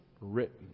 written